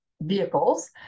vehicles